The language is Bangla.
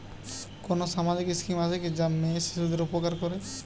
কোন সামাজিক স্কিম আছে যা মেয়ে শিশুদের উপকার করে?